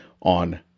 on